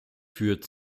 führt